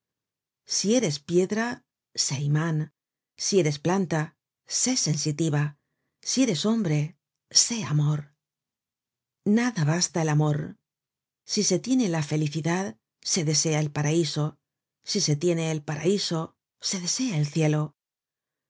si eres piedra sé iman si eres planta sé sensitiva si eres hombre sé amor nada basta al amor si se tiene la felicidad se desea el paraiso si se tiene el paraiso se desea el cielo